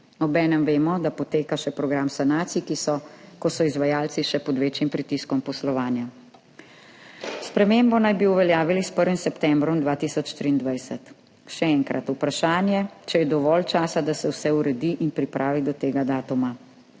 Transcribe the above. Obenem vemo, da poteka še program sanacij, ko so izvajalci pod še večjim pritiskom poslovanja. Spremembo naj bi uveljavili s 1. septembrom 2023. Še enkrat, vprašanje, če je dovolj časa, da se vse uredi in pripravi do tega datuma.